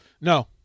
No